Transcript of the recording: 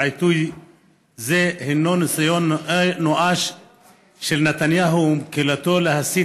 שבעיתוי זה הינו ניסיון נואש של נתניהו וקהילתו להסיט